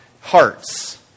hearts